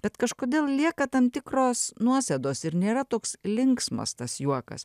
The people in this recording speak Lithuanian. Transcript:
bet kažkodėl lieka tam tikros nuosėdos ir nėra toks linksmas tas juokas